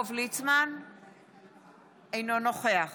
אינו נוכח